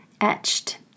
etched